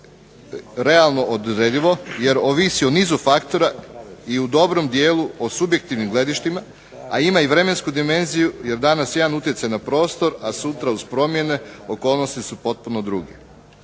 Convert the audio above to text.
realno odredivo jer ovisi o nizu faktora i u dobrom dijelu o subjektivnim gledištima, a ima i vremensku dimenziju jer danas jedan utjecaj na prostor, a sutra uz promjene okolnosti su potpuno druge.